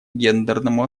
гендерному